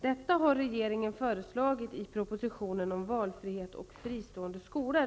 Detta har regeringen föreslagit i propositionen om valfrihet och fristående skolor.